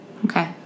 okay